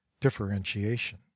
differentiation